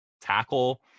tackle